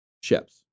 ships